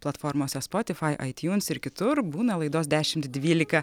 platformose spotify itunes ir kitur būna laidos dešimt dvylika